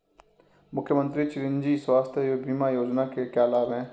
मुख्यमंत्री चिरंजी स्वास्थ्य बीमा योजना के क्या लाभ हैं?